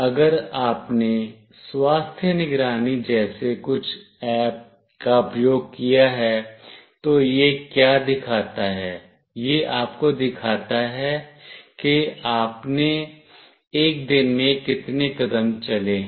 अगर आपने स्वास्थ्य निगरानी जैसे कुछ ऐप का उपयोग किया है तो यह क्या दिखाता है यह आपको दिखाता है कि आपने एक दिन में कितने कदम चले हैं